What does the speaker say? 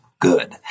good